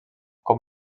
com